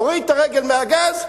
הוריד את הרגל מהגז,